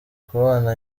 kubana